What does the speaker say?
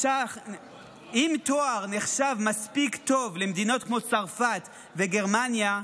אם תואר נחשב מספיק טוב למדינות כמו צרפת וגרמניה,